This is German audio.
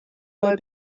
mal